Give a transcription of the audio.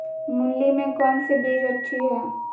मूली में कौन सी बीज अच्छी है?